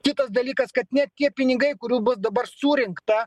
kitas dalykas kad net tie pinigai kurių dabar surinkta